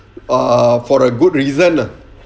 err for a good reason ah